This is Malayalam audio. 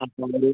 അപ്പം അവർ